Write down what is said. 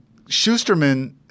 Schusterman